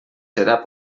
serà